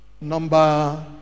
number